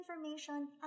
information